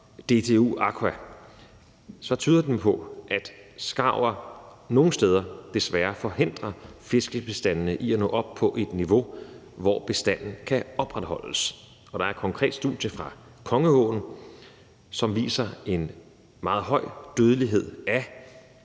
DTU Aqua, så tyder den på, at skarver nogle steder, desværre, forhindrer fiskebestanden i at nå op på et niveau, hvor bestanden kan opretholdes. Der er et konkret studie fra Kongeåen, som viser en meget høj dødelighed af